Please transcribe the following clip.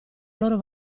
loro